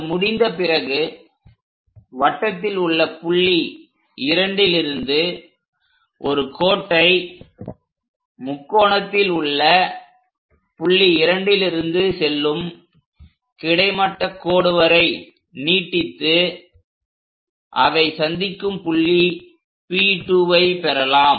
அது முடிந்த பிறகு வட்டத்தில் உள்ள புள்ளி 2லிருந்து ஒரு கோட்டை முக்கோணத்தில் உள்ள புள்ளி 2லிருந்து செல்லும் கிடைமட்ட கோடு வரை நீடித்து அவை சந்திக்கும் புள்ளி P2வை பெறலாம்